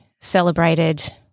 celebrated